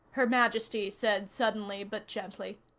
her majesty said suddenly, but gently.